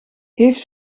heeft